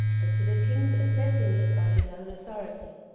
but to the king's assessing it by his own authority.